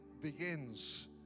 begins